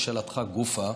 לשאלתך גופה,